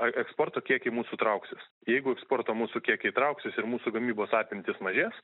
eksporto kiekį mūsų trauksis jeigu eksporto mūsų kiekiai trauksis ir mūsų gamybos apimtys mažės